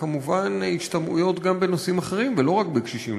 כמובן, משמעויות גם לנושאים אחרים ולא רק לקשישים.